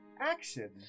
action